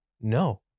No